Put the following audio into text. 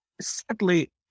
sadly